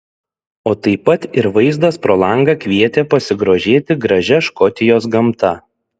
o taip pat ir vaizdas pro langą kvietė pasigrožėti gražia škotijos gamta